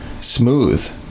Smooth